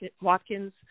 Watkins